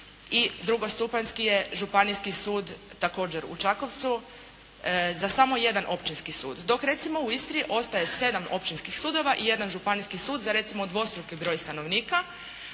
i drugostupanjski je Županijski sud također u Čakovcu za samo jedan općinski sud, dok recimo u Istri ostaje sedam općinskih sudova i jedan županijski sud za recimo dvostruki broj stanovnika